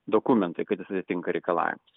dokumentai kad jis atitinka reikalavimus